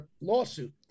lawsuit